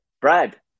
Brad